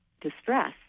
distress